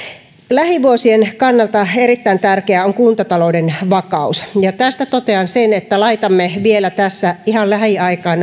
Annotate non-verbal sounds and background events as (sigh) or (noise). lähivuosien kannalta erittäin tärkeää on kuntatalouden vakaus ja tästä totean sen että laitamme vielä tässä ihan lähiaikoina (unintelligible)